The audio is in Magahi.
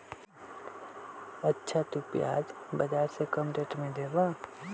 अच्छा तु प्याज बाजार से कम रेट में देबअ?